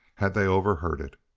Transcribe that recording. had they overheard it.